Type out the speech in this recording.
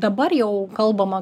dabar jau kalbama